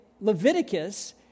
Leviticus